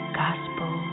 gospel